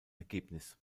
ergebnis